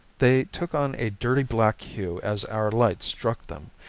they took on a dirty black hue as our light struck them,